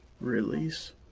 Release